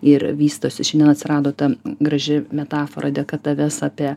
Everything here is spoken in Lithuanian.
ir vystosi šiandien atsirado ta graži metafora dėka tavęs apie